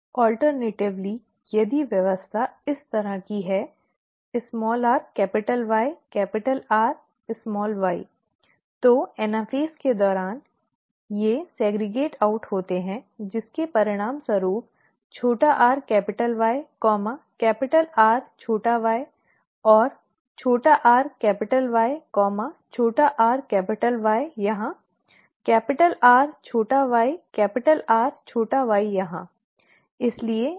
वैकल्पिक रूप से यदि व्यवस्था इस तरह की है r capital Y capital R छोटा y तो एनाफेज के दौरान वे अलग होते हैं जिसके परिणामस्वरूप छोटा r capital Y capital R छोटा y और छोटा r कैपिटल Y छोटा r कैपिटल Y यहां कैपिटल R छोटा y कैपिटल R छोटा y यहां